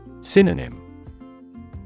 Synonym